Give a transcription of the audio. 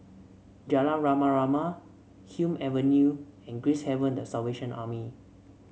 Jalan Rama Rama Hume Avenue and Gracehaven The Salvation Army